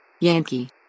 Yankee